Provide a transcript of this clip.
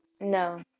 no